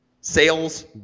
sales-